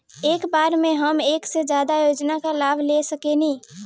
का एक बार में हम एक से ज्यादा योजना का लाभ ले सकेनी?